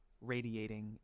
radiating